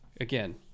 again